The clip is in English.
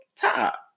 top